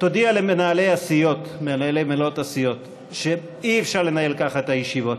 תודיע למנהלי ומנהלות הסיעות שאי-אפשר לנהל ככה את הישיבות.